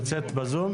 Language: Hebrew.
בזום?